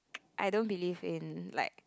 I don't believe in like